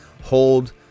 hold